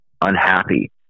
unhappy